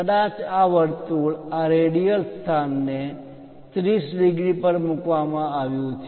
કદાચ આ વર્તુળ આ રેડિયલ સ્થાનને 30 ડિગ્રી પર મૂકવામાં આવ્યું છે